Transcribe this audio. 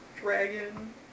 Dragon